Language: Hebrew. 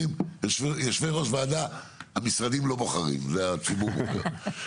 יושבי ראש ועדה - המשרדים לא בוחרים אלא הציבור קובע.